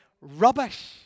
rubbish